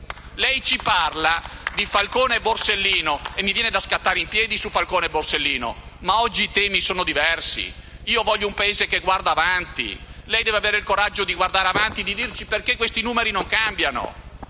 Lei ci parla di Falcone e Borsellino e mi viene da scattare in piedi quando sento quei nomi, ma oggi i temi sono diversi. Voglio un Paese che guarda avanti e lei deve avere il coraggio di guardare avanti e dirci perché questi numeri non cambiano.